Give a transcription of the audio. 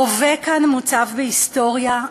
ההווה כאן מוצף בהיסטוריה,